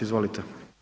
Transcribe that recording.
Izvolite.